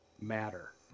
matter